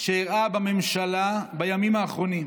שאירעה בממשלה בימים האחרונים.